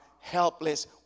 helpless